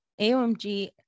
AOMG